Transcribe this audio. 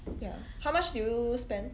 ya how much did you spend